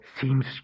seems